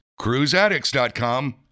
cruiseaddicts.com